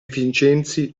vincenzi